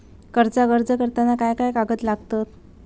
कर्जाक अर्ज करताना काय काय कागद लागतत?